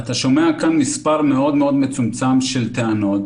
אתה שומע כאן על מספר מאוד מצומצם של טענות,